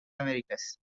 americas